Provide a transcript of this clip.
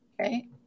Okay